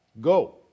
go